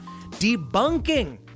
debunking